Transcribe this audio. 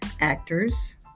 actors